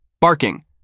Barking